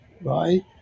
right